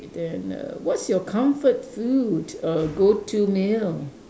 then err what's your comfort food err go-to meal